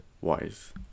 Wise